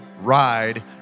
ride